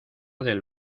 del